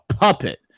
puppet